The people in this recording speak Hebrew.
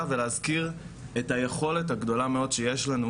ולהזכיר את היכולת הגדולה מאוד שיש לנו,